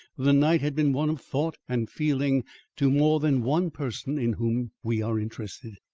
the night had been one of thought and feeling to more than one person in whom we are interested.